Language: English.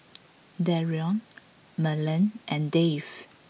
Dereon Merlene and Dave